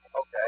Okay